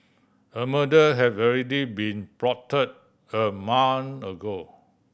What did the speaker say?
a murder had already been plotted a month ago